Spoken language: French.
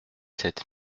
sept